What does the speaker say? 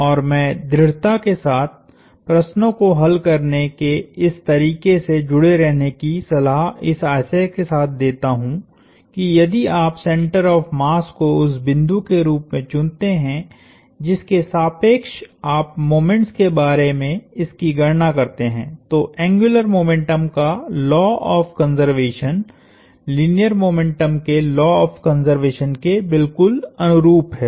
और मैं दृढ़ता के साथ प्रश्नो को हल करने के इस तरीके से जुड़े रहने की सलाह इस आशय के साथ देता हूं कि यदि आप सेंटर ऑफ़ मास को उस बिंदु के रूप में चुनते हैं जिसके सापेक्ष आप मोमेंट्स के बारे में इसकी गणना करते हैं तो एंग्युलर मोमेंटम का लॉ ऑफ़ कंज़र्वेशनलीनियर मोमेंटम के लॉ ऑफ़ कंज़र्वेशन के बिल्कुल अनुरूप है